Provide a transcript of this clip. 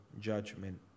judgment